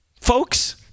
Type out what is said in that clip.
folks